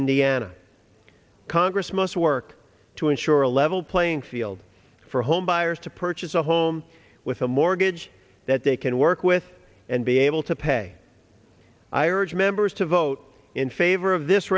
indiana congress must work to ensure a level playing field for home buyers to purchase a home with a mortgage that they can work with and be able to pay i urge members to vote in favor of this